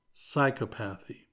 psychopathy